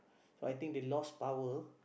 I think they lost power